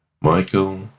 Michael